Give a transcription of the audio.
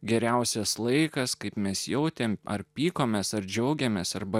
geriausias laikas kaip mes jautėme ar pykomės ar džiaugiamės arba